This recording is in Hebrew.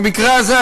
במקרה הזה,